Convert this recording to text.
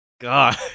God